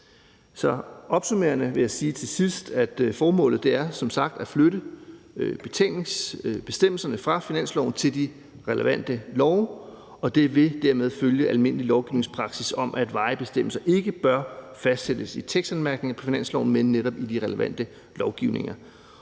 Så opsummerende vil jeg sige til sidst, at formålet som sagt er at flytte betalingsbestemmelserne fra finansloven til de relevante love, og det vil dermed følge almindelig lovgivningspraksis om, at varige bestemmelser ikke bør fastsættes i tekstanmærkninger på finansloven, men netop i de relevante lovgivninger.